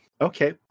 Okay